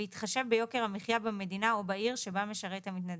בהתחשב ביוקר המחייה במדינה או בעיר שבה משרת המתנדב.